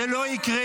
זה לא יקרה.